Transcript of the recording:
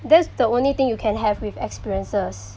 that's the only thing you can have with experiences